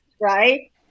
right